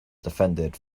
defended